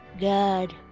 God